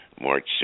March